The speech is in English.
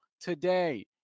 today